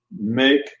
make